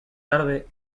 tarde